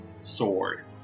sword